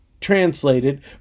translated